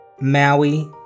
Maui